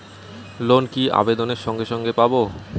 Loan কি আবেদনের সঙ্গে সঙ্গে পাব?